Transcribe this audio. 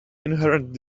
inherent